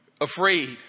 afraid